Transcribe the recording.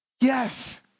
Yes